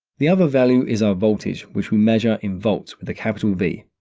the other value is our voltage, which we measure in volts, with a capital v.